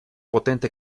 potente